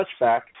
touchback